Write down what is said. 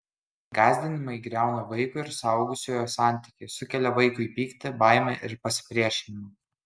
gąsdinimai griauna vaiko ir suaugusiojo santykį sukelia vaikui pyktį baimę ir pasipriešinimą